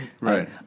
right